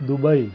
Dubai